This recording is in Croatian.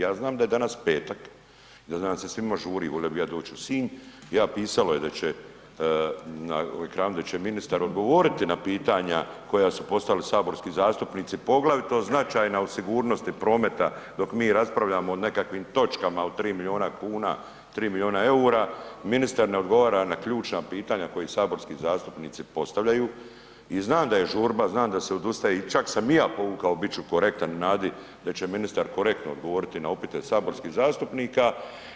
Ja znam da je danas petak, ja znam da se svima žuri, volio bi i ja doći u Sinj, pisalo je na ekranu da će ministar odgovoriti na pitanja koja su postavili saborski zastupnici poglavito značajna o sigurnosti prometa dok mi raspravljamo o nekakvim točkama, o 3 milijuna kuna, 3 milijuna eura, ministar ne odgovara na ključna pitanja koja saborski zastupnici postavljaju i znam da je žurba, znam da se odustaje i čak sam i povukao, bit ću korektan u nadi da će ministar korektno odgovoriti na upite saborskih zastupnika